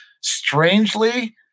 strangely